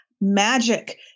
magic-